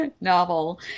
novel